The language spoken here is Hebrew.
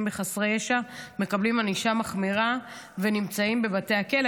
בחסרי ישע מקבלים ענישה מחמירה ונמצאים בבתי הכלא.